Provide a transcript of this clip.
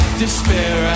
despair